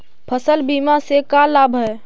फसल बीमा से का लाभ है?